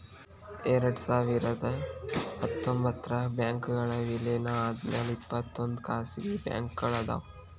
ಎರಡ್ಸಾವಿರದ ಹತ್ತೊಂಬತ್ತರಾಗ ಬ್ಯಾಂಕ್ಗಳ್ ವಿಲೇನ ಆದ್ಮ್ಯಾಲೆ ಇಪ್ಪತ್ತೊಂದ್ ಖಾಸಗಿ ಬ್ಯಾಂಕ್ಗಳ್ ಅದಾವ